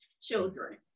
children